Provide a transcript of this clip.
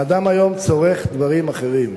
האדם היום צורך דברים אחרים.